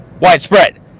widespread